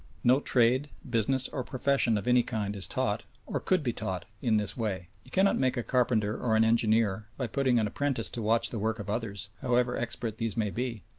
no trade, business, or profession of any kind is taught, or could be taught, in this way. you cannot make a carpenter or an engineer by putting an apprentice to watch the work of others, however expert these may be.